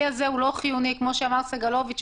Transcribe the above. כמו שאמר סגלוביץ',